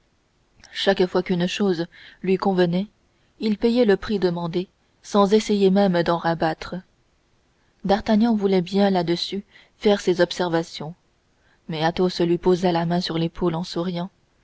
chaque fois qu'une chose lui convenait il payait le prix demandé sans essayer même d'en rabattre d'artagnan voulait bien là-dessus faire ses observations mais athos lui posait la main sur l'épaule en souriant